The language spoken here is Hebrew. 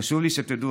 חשוב לי שתדעו,